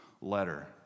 letter